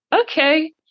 okay